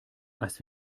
als